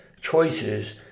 choices